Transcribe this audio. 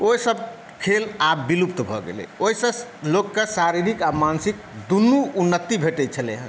ओसभ खेल आब विलुप्त भऽ गेलै ओहिसँ लोकके शारीरिक आ मानसिक दुनू उन्नति भेटै छलै हँ